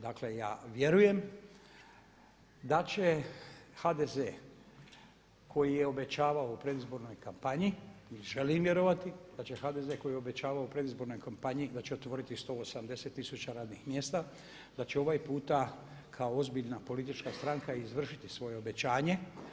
Dakle, ja vjerujem da će HDZ koji je obećavao u predizbornoj kampanji, i želim vjerovati, da će HDZ koji je obećavao u predizbornoj kampanji da će otvoriti 180 tisuća radnih mjesta da će ovaj puta kao ozbiljna politička stranka i izvršiti svoje obećanje.